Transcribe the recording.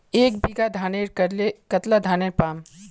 एक बीघा धानेर करले कतला धानेर पाम?